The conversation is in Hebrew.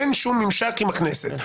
אין שום ממשק עם הכנסת,